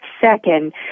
second